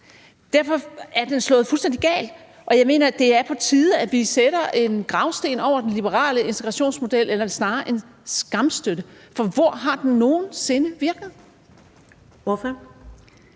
Derfor er det gået fuldstændig galt, og jeg mener, at det er på tide, at vi sætter en gravsten over den liberale integrationsmodel eller snarere en skamstøtte, for hvor har den nogen sinde virket? Kl.